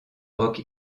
rock